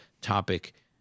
topic